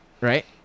right